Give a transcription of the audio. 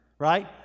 right